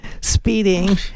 speeding